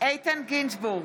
איתן גינזבורג,